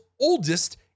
oldest